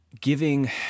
giving